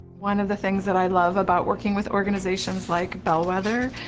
one of the things that i love about working with organizations like bellwether,